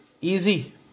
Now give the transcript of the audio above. easy